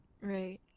right